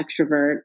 extrovert